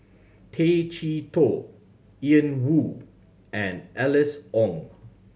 Tay Chee Toh Ian Woo and Alice Ong